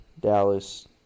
Dallas